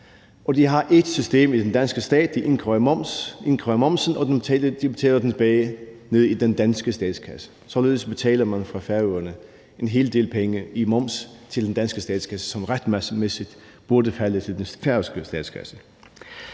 De har ét system i den danske stat. De indkræver momsen, og de betaler dem tilbage ned i den danske statskasse. Således betaler man fra Færøerne en hel del penge i moms til den danske statskasse, som retsmæssigt burde tilfalde den færøske statskasse.